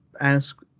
ask